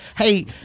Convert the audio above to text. Hey